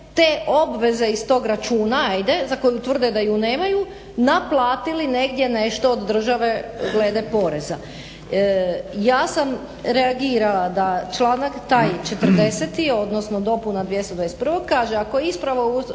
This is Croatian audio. te obveze iz tog računa, ajde, za koju tvrde da ju nemaju naplatili negdje nešto od države glede poreza. Ja sam reagirala da članak taj 40. odnosno dopuna 221. kaže: